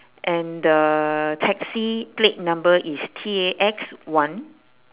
and the taxi plate number is T A X one